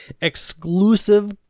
Exclusive